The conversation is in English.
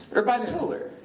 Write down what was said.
or bipolar,